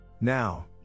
Now